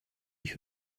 ich